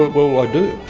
well, i do.